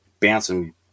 bouncing